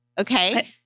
okay